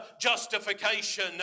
justification